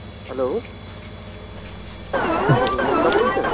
hello হ্যাঁ অনুপমদা বলছেন